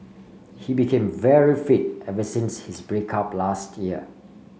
he became very fit ever since his break up last year